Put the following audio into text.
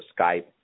Skype